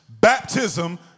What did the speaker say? baptism